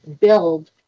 build